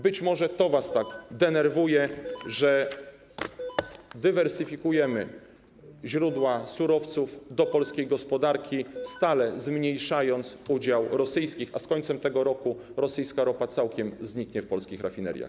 Być może to was tak denerwuje, że dywersyfikujemy źródła surowców do polskiej gospodarki, stale zmniejszając udział rosyjskich, a z końcem tego roku rosyjska ropa całkiem zniknie w polskich rafineriach.